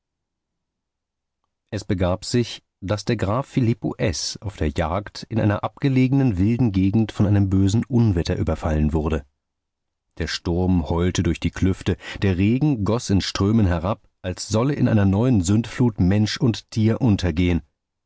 es begab sich daß der graf filippo s auf der jagd in einer abgelegenen wilden gegend von einem bösen unwetter überfallen wurde der sturm heulte durch die klüfte der regen goß in strömen herab als solle in einer neuen sündflut mensch und tier untergehen